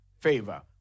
favor